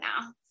now